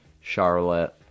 charlotte